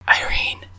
Irene